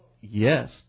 yes